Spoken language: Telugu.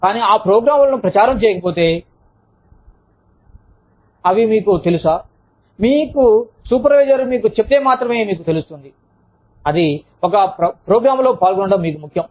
కానీ ఆ ప్రోగ్రామ్లను ప్రచారం చేయకపోతే అవి మీకు తెలుసా మీ సూపర్వైజర్ మీకు చెప్పే మాత్రమే మీకు తెలుస్తుంది అది ఒక ప్రోగ్రామ్లో పాల్గొనడం మీకు ముఖ్యం